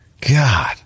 God